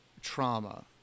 trauma